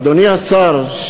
אדוני השר,